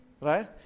Right